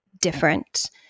different